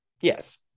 Yes